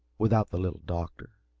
without the little doctor.